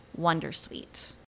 Wondersuite